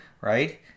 right